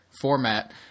format